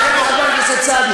מאבק ציבורי עם סכין בגב.